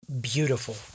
Beautiful